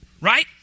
Right